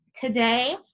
Today